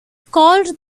called